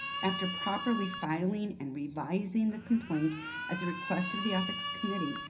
after properly filing and revising the complaint at the request of the ethics committee,